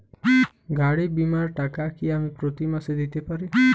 গাড়ী বীমার টাকা কি আমি প্রতি মাসে দিতে পারি?